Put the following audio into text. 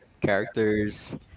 characters